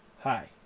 Hi